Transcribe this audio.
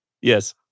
Yes